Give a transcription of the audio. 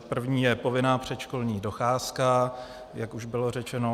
První je povinná předškolní docházka, jak už bylo řečeno.